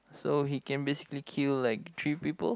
so he can basically kill like three people